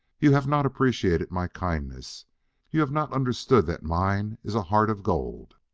you haff not appreciated my kindness you haff not understood that mine iss a heart of gold.